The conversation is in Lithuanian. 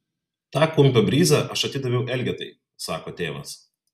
tą kumpio bryzą aš atidaviau elgetai sako tėvas